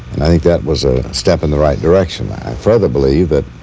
i think that was a step in the right direction. i further believe that